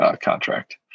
contract